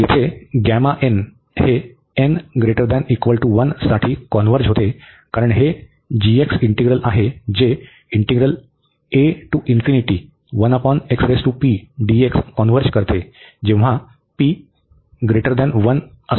तर येथे हे n≥1 साठी कॉन्व्हर्ज करते कारण हे इंटीग्रल आहे जे कन्व्हर्ज करते जेव्हा p 1